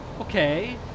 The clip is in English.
okay